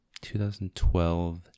2012